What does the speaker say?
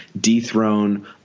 dethrone